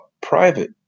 private